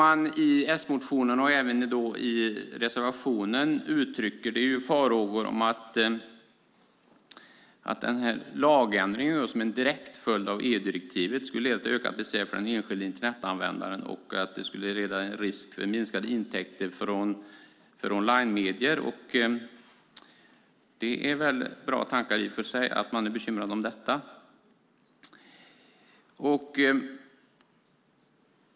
I S-motionen och även i reservationen uttrycker man farhågor om att lagändringen, som är en direkt följd av EU-direktivet, skulle leda till ökat besvär för den enskilde Internetanvändaren och att det skulle bli risk för minskade intäkter för onlinemedier. Det är väl i och för sig bra att man är bekymrad om detta.